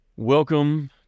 Welcome